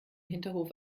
hinterhof